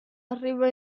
arriva